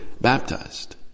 baptized